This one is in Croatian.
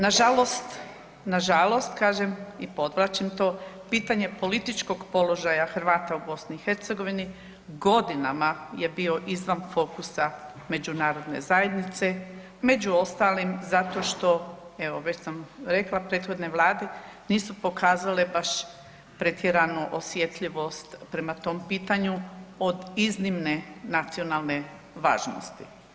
Na žalost kažem i podvlačim to pitanje političkog položaja Hrvata u BiH godinama je bio izvan fokusa Međunarodne zajednice među ostalim zato što, evo već sam rekla prethodne vlade nisu pokazale baš pretjeranu osjetljivost prema tom pitanju od iznimne nacionalne važnosti.